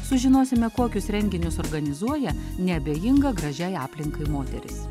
sužinosime kokius renginius organizuoja neabejinga gražiai aplinkai moteris